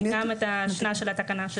וגם את שמה של התקנה,